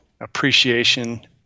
appreciation